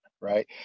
right